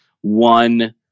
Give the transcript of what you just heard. one